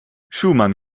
schumann